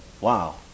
Wow